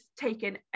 taken